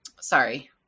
Sorry